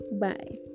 bye